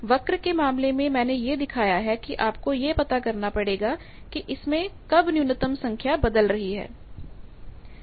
वक्र के मामले में मैंने यह दिखाया है कि आपको यह पता करना पड़ेगा कि इसमें कब न्यूनतम संख्या बदल रही है